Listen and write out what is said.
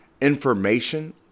information